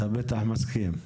אתה בטח מסכים.